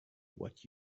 what